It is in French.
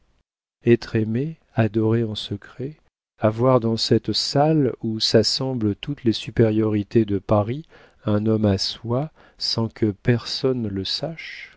être aimée adorée en secret avoir dans cette salle où s'assemblent toutes les supériorités de paris un homme à soi sans que personne le sache